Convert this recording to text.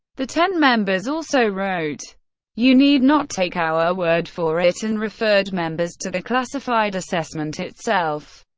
the ten members also wrote you need not take our word for it and referred members to the classified assessment itself,